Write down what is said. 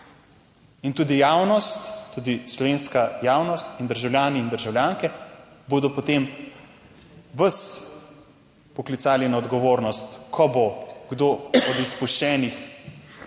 In tudi javnost, tudi slovenska javnost in državljani in državljanke bodo potem vas poklicali na odgovornost, ko bo kdo od izpuščenih